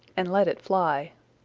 and let it fly.